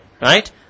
right